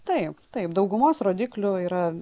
taip taip daugumos rodiklių yra